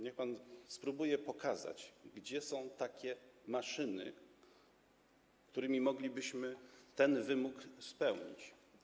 Niech pan spróbuje pokazać, gdzie są takie maszyny, dzięki którym moglibyśmy ten wymóg spełnić.